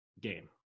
game